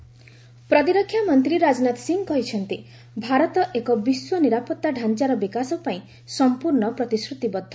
Rajnath SCO ପ୍ରତିରକ୍ଷା ମନ୍ତ୍ରୀ ରାଜନାଥ ସିଂହ କହିଛନ୍ତି ଭାରତ ଏକ ବିଶ୍ୱ ନିରାପତ୍ତା ଢାଞ୍ଚାର ବିକାଶ ପାଇଁ ସମ୍ପୂର୍ଣ୍ଣ ପ୍ରତିଶ୍ରତିବଦ୍ଧ